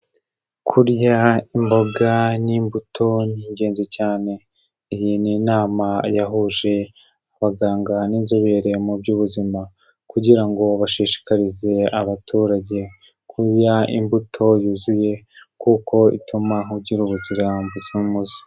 Kurya imboga n'imbuto ni ingenzi cyane, iyi ni inama yahuje abaganga n'inzobere mu by'ubuzima, kugira ngo bashishikarize abaturage kurya imbuto yuzuye, kuko ituma ugira ubuzima buzira umuze.